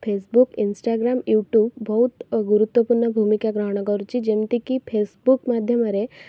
Facebook Instagram YouTube ବହୁତ ଓ ଗୁରୁତ୍ୱପୂର୍ଣ୍ଣ ଭୂମିକା ଗ୍ରହଣ କରୁଛି ଯେମିତିକି ଫେସ୍ବୁକ୍ ମାଧ୍ୟମରେ